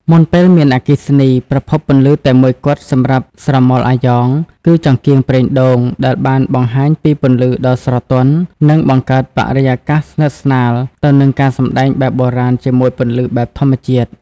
មុនពេលមានអគ្គិសនី ប្រភពពន្លឺតែមួយគត់សម្រាប់ស្រមោលអាយ៉ង គឺចង្កៀងប្រេងដូងដែលបានបង្ហាញពីពន្លឺដ៏ស្រទន់និងបង្កើតបរិកាសស្និតស្នាលទៅនឹងការសម្តែងបែបបុរាណជាមួយពន្លឺបែបធម្មជាតិ។